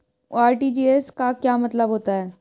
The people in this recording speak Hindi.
आर.टी.जी.एस का क्या मतलब होता है?